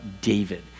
David